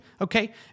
okay